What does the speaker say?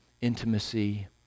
intimacy